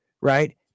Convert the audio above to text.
right